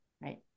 right